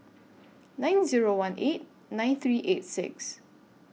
nine Zero one eight nine three eight six